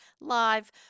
live